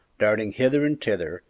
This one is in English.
darting hither and thither,